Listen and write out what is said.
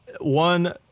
one